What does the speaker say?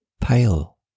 pale